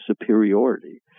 superiority